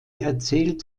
erzählt